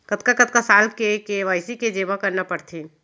कतका कतका साल म के के.वाई.सी जेमा करना पड़थे?